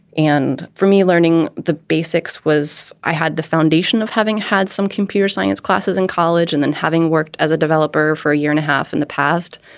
and for me, learning the basics was i had the foundation of having had some computer science classes in college and then having worked as a developer for a year and a half in the past.